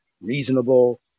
reasonable